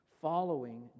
following